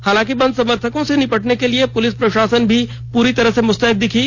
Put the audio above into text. हालांकि बंद समर्थकों से निपटने के लिए पुलिस प्रशासन भी पूरी तरह से मुस्तैद दिखी